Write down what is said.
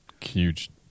huge